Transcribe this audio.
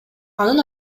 анын